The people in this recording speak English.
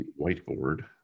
whiteboard